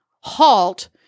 halt